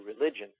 religion